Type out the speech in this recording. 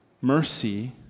mercy